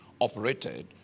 operated